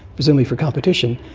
presumably for competition,